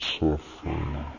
suffering